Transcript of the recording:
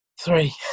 three